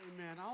Amen